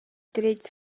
dretgs